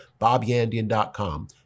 BobYandian.com